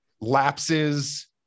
lapses